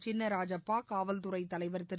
சின்ன ராஜப்பா காவல்துறை தலைவா திரு